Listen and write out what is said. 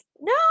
no